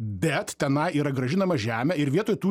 bet tenai yra grąžinama žemė ir vietoj tų